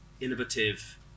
innovative